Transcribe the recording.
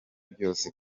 byose